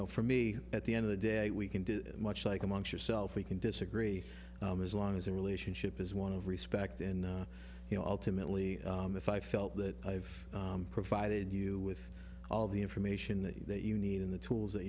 know for me at the end of the day we can do much like a monk's yourself we can disagree as long as the relationship is one of respect and you know ultimately if i felt that i've provided you with all the information that you need in the tools that